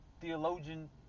theologian